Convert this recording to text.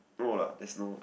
no lah there's no